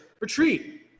retreat